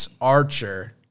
Archer